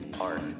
Art